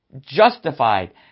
justified